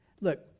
look